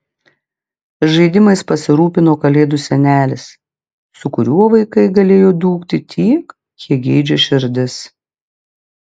žaidimais pasirūpino kalėdų senelis su kuriuo vaikai galėjo dūkti tiek kiek geidžia širdis